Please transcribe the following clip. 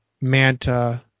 manta